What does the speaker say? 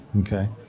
okay